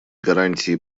гарантией